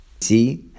See